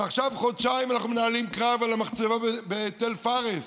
ועכשיו חודשיים אנחנו מנהלים קרב על המחצבה בתל פארס,